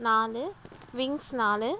நாலு விங்ஸ் நாலு